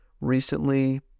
recently